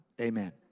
Amen